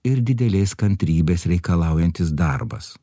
ir didelės kantrybės reikalaujantis darbas